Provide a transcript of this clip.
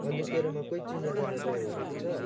अन्त तेरोमा कुनै चिनजान ड्राइभरहरू छ